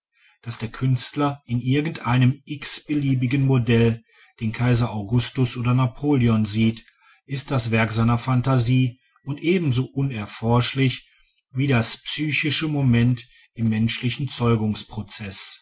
daß der künstler in irgendeinem xbeliebigen modell den kaiser augustus oder napoleon sieht ist das werk seiner phantasie und ebenso unerforschlich wie das psychische moment im menschlichen